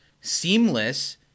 seamless